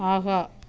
ஆஹா